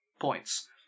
points